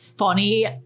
funny